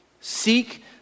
Seek